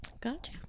Gotcha